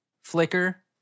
flicker